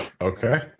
Okay